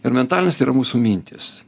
ir mentalinis tai yra mūsų mintys